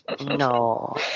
No